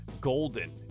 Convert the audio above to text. golden